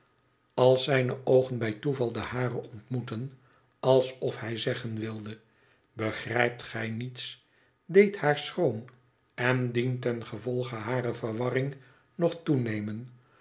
als zijne oogenbij toeval de hare ontmoetten alsof hij zeggen wilde begrijpt gij niets deed haar schroom en dientengevolge hare verwarring nog toenemen